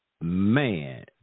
Man